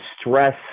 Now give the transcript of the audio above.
stress